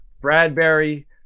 Bradbury